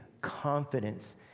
confidence